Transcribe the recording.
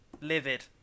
Livid